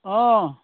অঁ